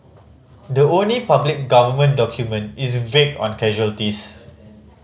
the only public Government document is vague on casualties